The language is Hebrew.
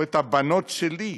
או את הבנות שלי,